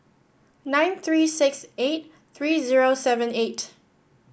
nine three six eight three zero seven eight